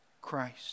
Christ